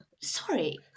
sorry